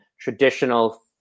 traditional